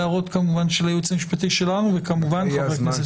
הערות של הייעוץ המשפטי של הוועדה וכמובן חברי הכנסת.